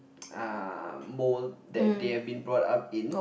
ah mould that they have been bought up in